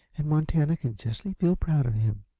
and montana can justly feel proud of him.